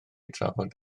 drafod